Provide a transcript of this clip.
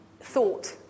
thought